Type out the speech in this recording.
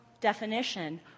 definition